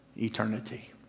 eternity